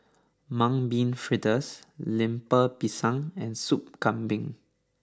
Mung Bean Fritters Lemper Pisang and Sup Kambing